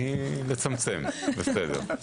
אני מצמצם, וזה בסדר.